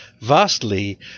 vastly